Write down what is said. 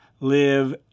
Live